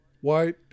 white